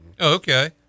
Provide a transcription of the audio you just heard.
Okay